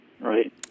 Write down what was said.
right